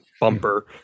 bumper